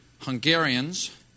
Hungarians